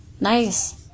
nice